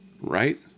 right